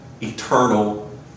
eternal